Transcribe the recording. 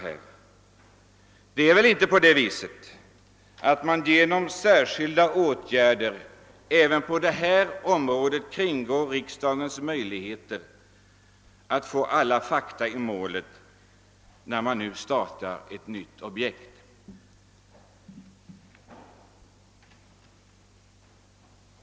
Det förhåller sig väl inte så, att man även på detta område genom särskilda åtgärder kringgår riksdagens möjligheter att få alla fakta i målet när man startar ett nytt objekt?